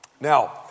Now